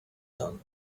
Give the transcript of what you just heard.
done